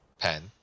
Pen